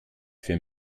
für